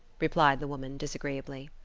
replied the woman, disagreeably.